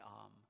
arm